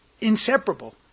inseparable